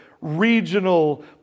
regional